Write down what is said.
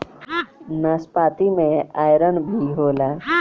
नाशपाती में आयरन भी होला